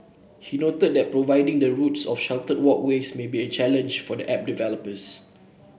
he noted that providing the routes of sheltered walkways may be a challenge for the app developers